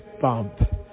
bump